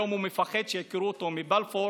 היום הוא מפחד שיעקרו אותו מבלפור